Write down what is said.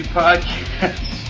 podcast